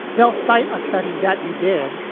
they'll cite a study that you did?